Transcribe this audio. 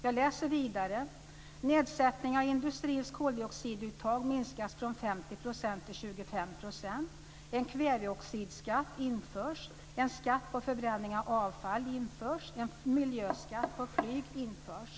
Det framgår vidare att nedsättningen av industrins koldioxiduttag minskas från 50 % till 25 %. En kväveoxidskatt införs. En skatt på förbränning av avfall införs. En miljöskatt på flyg införs.